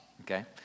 Okay